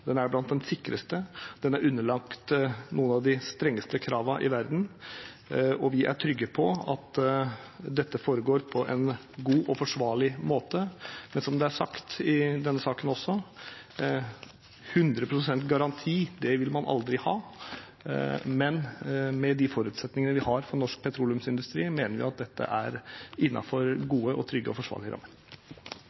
den er blant de sikreste, og den er underlagt noen av de strengeste kravene i verden. Vi er trygge på at dette foregår på en god og forsvarlig måte. Men som det også er sagt i denne saken: 100 pst. garanti vil man aldri ha. Med de forutsetningene vi har for norsk petroleumsindustri, mener vi at dette er